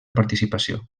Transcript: participació